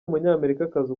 umunyamerikakazi